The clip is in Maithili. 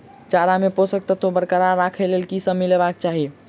चारा मे पोसक तत्व बरकरार राखै लेल की सब मिलेबाक चाहि?